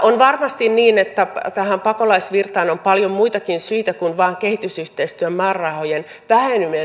on varmasti niin että tähän pakolaisvirtaan on paljon muitakin syitä kuin vain kehitysyhteistyön määrärahojen väheneminen